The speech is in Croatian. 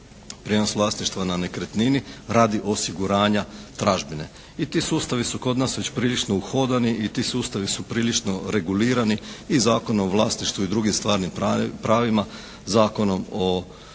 prijenos vlasništva na nekretnini radi osiguranja tražbine. I ti sustavi su kod nas već prilično uhodani i ti sustavi su prilično regulirani i Zakonom o vlasništvu i drugim stvarnim pravima, Zakonom o ovrsi